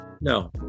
No